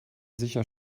sicher